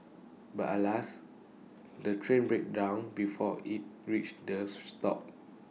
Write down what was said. but alas the train breaks down before IT reaches the stop